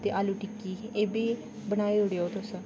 ते आलू टिक्की बनाई ओड़ेओ तुस